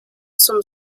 zum